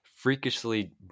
freakishly